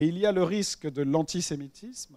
ויש ריסק האנטיסמטיזם.